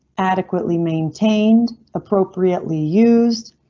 adequately, maintained appropriately used,